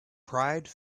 pride